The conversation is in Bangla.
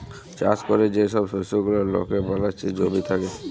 চাষ ক্যরে যে ছব শস্য গুলা লকে বালাচ্ছে জমি থ্যাকে